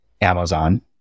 amazon